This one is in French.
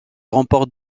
remporte